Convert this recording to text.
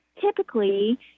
Typically